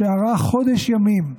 שארך חודש ימים.